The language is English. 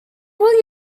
will